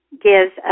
gives